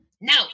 no